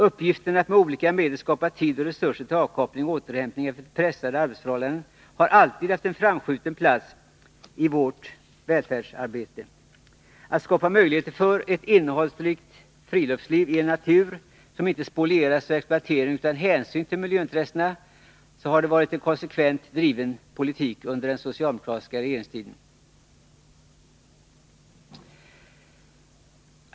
Uppgiften att med olika medel skapa tid och resurser till avkoppling och återhämtning efter pressande arbetsförhållanden har alltid haft en framskjuten plats i vårt välfärdsarbete. Att skapa möjlighet för ett innehållsrikt friluftsliv i en natur, som inte spolierats av en exploatering utan hänsyn till miljöintressena, har varit en konsekvent driven politik under den socialdemokratiska regeringstiden.